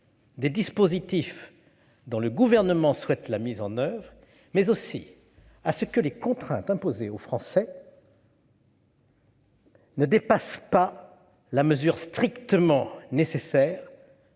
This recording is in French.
des dispositifs dont le Gouvernement souhaite la mise en oeuvre, mais encore au fait que les contraintes imposées aux Français ne dépassent pas la mesure strictement nécessaire